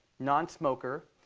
non-smoker,